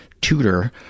tutor